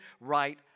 right